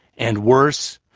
and worse,